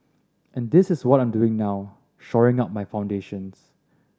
and this is what I'm doing now shoring up my foundations